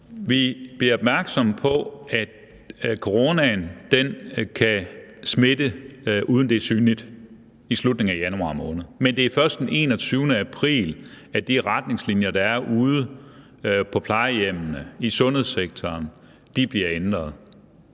Vi bliver opmærksomme på, af coronaen kan smitte, uden at det er synligt, i slutningen af januar måned, men det er først den 21. april, at de retningslinjer, der er ude på plejehjemmene og i sundhedssektoren, bliver ændret.